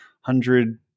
hundred